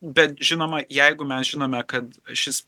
bet žinoma jeigu mes žinome kad šis